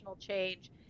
change